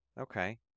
Okay